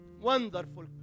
wonderful